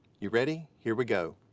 you ready? here we go?